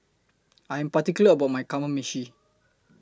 I Am particular about My Kamameshi